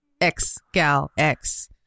X-Gal-X